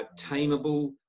tameable